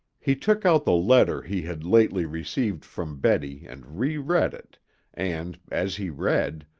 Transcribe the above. he took out the letter he had lately received from betty and re-read it and, as he read,